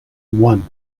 one